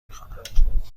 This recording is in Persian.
میخوانم